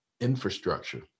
Infrastructure